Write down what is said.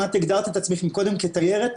אם את הגדרת את עצמך מקודם כתיירת,